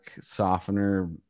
softener